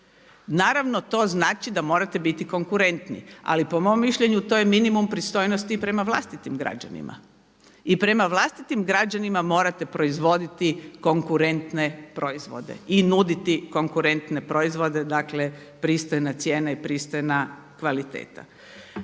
Naravno to znači da morate biti konkurentni. Ali po mom mišljenju to je minimum pristojnosti i prema vlastitim građanima. I prema vlastitim građanima morate proizvoditi konkurentne proizvode i nuditi konkurentne proizvode, dakle pristojna cijena i pristojna kvaliteta.